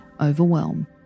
overwhelm